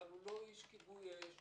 אבל הוא לא איש כיבוי אש,